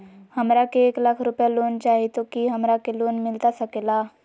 हमरा के एक लाख रुपए लोन चाही तो की हमरा के लोन मिलता सकेला?